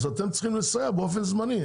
אז אתם צריכים לסייע באופן זמני,